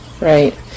right